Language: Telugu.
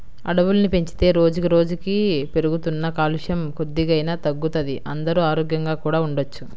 అడవుల్ని పెంచితే రోజుకి రోజుకీ పెరుగుతున్న కాలుష్యం కొద్దిగైనా తగ్గుతది, అందరూ ఆరోగ్యంగా కూడా ఉండొచ్చు